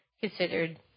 considered